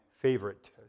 favorite